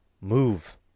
Move